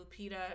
Lupita